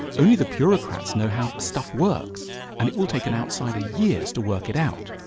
only the bureaucrats know how stuff works and it will take an outsider years to work it out.